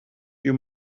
you